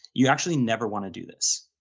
you actually never want to do this,